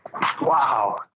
Wow